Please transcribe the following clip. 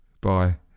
Bye